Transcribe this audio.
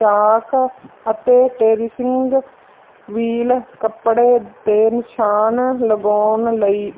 ਚਾਕ ਅਤੇ tracing wheel ਕੱਪੜੇ 'ਤੇ ਨਿਸ਼ਾਨ ਲਗਾਉਣ ਲਈ